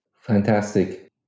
Fantastic